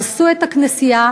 הרסו את הכנסייה,